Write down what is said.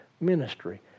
ministry